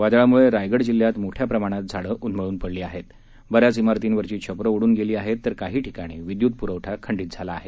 वादळामुळे रायगड जिल्ह्यात मोठ्या प्रमाणात झाडं उन्मळून पडली आहेच बऱ्याच सारतींवरची छपरं उडून गेली आहेत तर काही ठिकाणी विद्युत पुरवठा खंडित झाला आहे